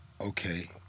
okay